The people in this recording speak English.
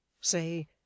Say